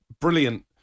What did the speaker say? brilliant